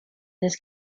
his